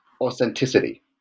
authenticity